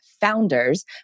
founders